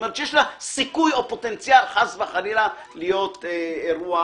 שיש לה סיכוי או פוטנציאל, חס וחלילה, להיות אירוע